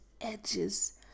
edges